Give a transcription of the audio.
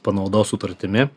panaudos sutartimi